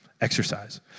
Exercise